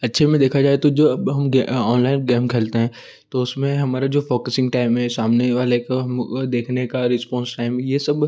अच्छे में देखा जाए तो जो अब हम ऑनलाइन गेम खेलते हैं तो उसमें हमारा जो फ़ोकसिंग टाइम है सामने वाले का हम वह देखने का रिस्पॉन्स टाइम ये सब